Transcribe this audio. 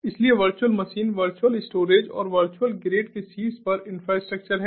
इसलिए virtual machine virtual storage और virtual grid के शीर्ष पर इंफ्रास्ट्रक्चर है